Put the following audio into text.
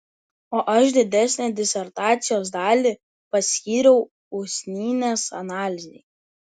o aš didesnę disertacijos dalį paskyriau usnynės analizei